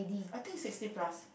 I think sixty plus